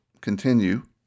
Continue